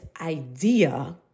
idea